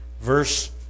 verse